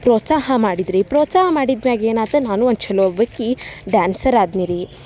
ಪ್ರೋತ್ಸಾಹ ಮಾಡಿದ್ರು ರಿ ಪ್ರೋತ್ಸಾಹ ಮಾಡಿದ್ಮ್ಯಾಗ ಏನಾತು ನಾನೂ ಒಂದು ಛಲೊ ಒಬ್ಬಾಕಿ ಡ್ಯಾನ್ಸರ್ ಆದ್ನಿ ರೀ